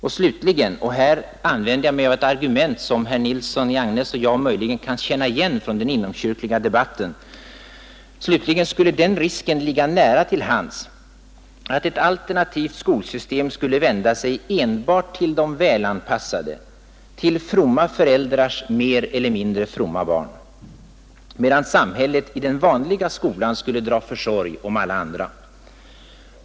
Och slutligen — här använder jag mig av ett argument, som herr Nilsson i Agnäs möjligen kan känna igen från den inomkyrkliga debatten — skulle den risken ligga nära till hands att ett alternativt skolsystem skulle vända sig enbart till de välanpassade, till fromma föräldrars mer eller mindre fromma barn, medan samhället i den vanliga skolan skulle dra försorg om alla andra.